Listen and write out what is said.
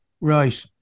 Right